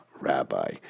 rabbi